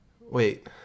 wait